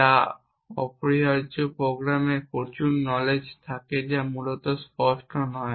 এবং অপরিহার্য প্রোগ্রামে প্রচুর নলেজ থাকে যা মূলত স্পষ্ট নয়